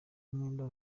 umwenda